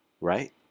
right